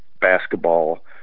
basketball